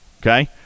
okay